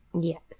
Yes